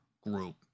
group